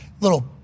little